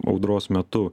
audros metu